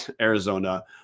Arizona